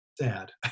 sad